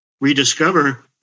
rediscover